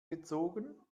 gezogen